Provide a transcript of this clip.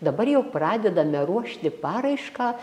dabar jau pradedame ruošti paraišką